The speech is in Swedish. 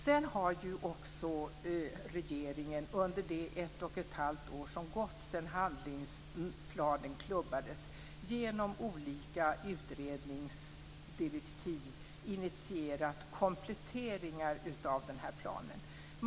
Regeringen har också under det ett och ett halvt år som gått sedan handlingsplanen klubbades genom olika utredningsdirektiv initierat kompletteringar av planen.